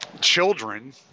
Children